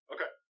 Okay